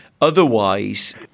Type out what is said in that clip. otherwise